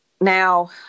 now